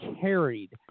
carried